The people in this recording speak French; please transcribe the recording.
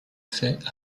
fait